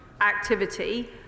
activity